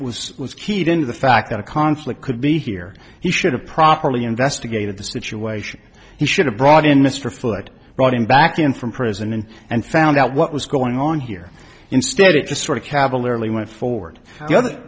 white was keyed into the fact that a conflict could be here he should have properly investigated the situation he should have brought in mr foote brought him back in from prison and and found out what was going on here instead it just sort of cavalierly went forward the other